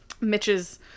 Mitch's